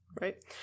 right